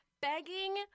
begging